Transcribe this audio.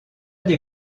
des